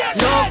no